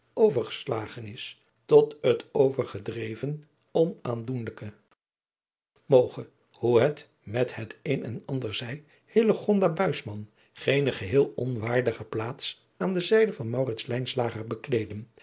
overgeslagen is tot het overgedreven onaandoenlijke moge hoe het met het een en ander zij hillegonda buisman geene geheel onwaardige plaats aan de zijde van